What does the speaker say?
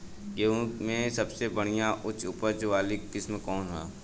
गेहूं में सबसे बढ़िया उच्च उपज वाली किस्म कौन ह?